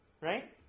Right